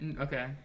Okay